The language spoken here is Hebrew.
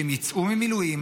שהם יצאו ממילואים,